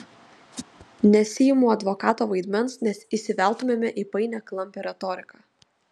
nesiimu advokato vaidmens nes įsiveltumėme į painią klampią retoriką